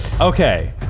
Okay